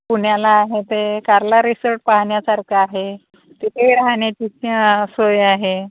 पुण्याला आहे ते कार्ला रिसॉर्ट पाहण्यासारखं आहे तिथेही राहण्याची सोय आहे